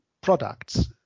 products